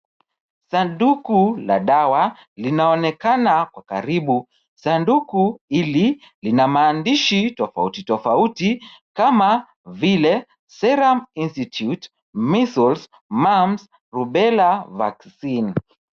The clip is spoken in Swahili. Sanduku la dawa linaonekana kwa karibu. Sanduku hili lina maandishi tofauti tofauti kama vile Serum Institute, Measles, Mumps, Rubella Vaccine .